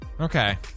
okay